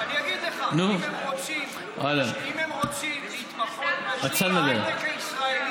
אני אגיד לך: אם הם רוצים להתמחות בהייטק הישראלי,